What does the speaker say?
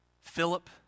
Philip